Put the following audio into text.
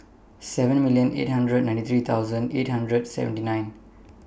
seven million eight hundred ninety three thousand eight hundred seventy nine